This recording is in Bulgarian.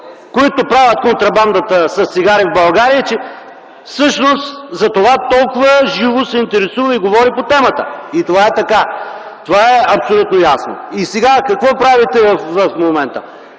които правят контрабандата с цигари в България, че всъщност затова толкова живо се интересува и говори по темата. Това е абсолютно ясно! И какво правите сега в момента?